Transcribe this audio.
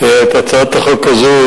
להצעת החוק הזאת